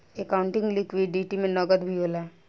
accounting liquidity में नकद भी होला